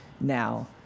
now